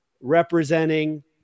representing